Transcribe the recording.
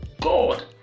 God